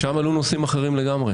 ושם עלו נושאים אחרים לגמרי